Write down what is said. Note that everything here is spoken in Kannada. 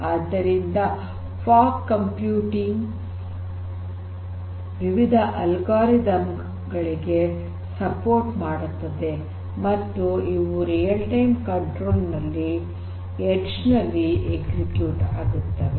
ಆದ್ದರಿಂದ ಫಾಗ್ ಕಂಪ್ಯೂಟಿಂಗ್ ವಿವಿಧ ಅಲ್ಗಾರಿದಮ್ ಗಳಿಗೆ ಬೆಂಬಲ ಮಾಡುತ್ತದೆ ಮತ್ತು ಇವು ರಿಯಲ್ ಟೈಮ್ ಕಂಟ್ರೋಲ್ ನಲ್ಲಿ ಎಡ್ಜ್ ನಲ್ಲಿ ಎಕ್ಸಿಕ್ಯೂಟ್ ಆಗುತ್ತವೆ